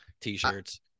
T-shirts